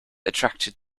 attracted